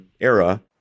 era